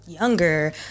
younger